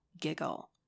giggle